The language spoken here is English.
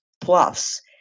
plus